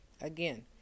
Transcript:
Again